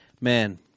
man